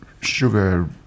sugar